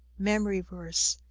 memory verse,